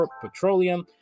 petroleum